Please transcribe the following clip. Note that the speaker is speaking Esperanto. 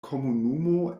komunumo